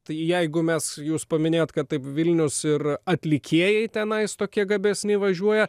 tai jeigu mes jūs paminėjot kad taip vilnius ir atlikėjai tenais tokie gabesni važiuoja